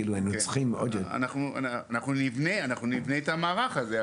אנחנו נבנה את המערך הזה,